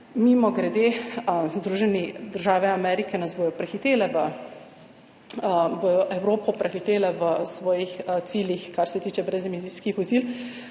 mimogrede, Združene države Amerike bodo Evropo prehitele v svojih ciljih, kar se tiče brezemisijskih vozil,